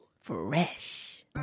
Fresh